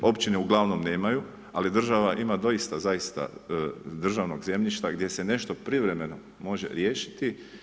Općine uglavnom nemaju ali država ima doista, zaista državnog zemljišta gdje se nešto privremeno može riješiti.